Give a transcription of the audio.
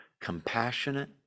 compassionate